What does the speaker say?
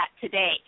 today